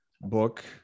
book